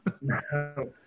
No